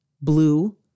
blue